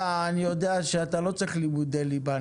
אני יודע שאתה לא צריך לימודי ליבה.